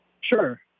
Sure